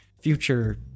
future